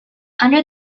under